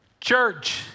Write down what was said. church